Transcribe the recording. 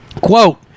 Quote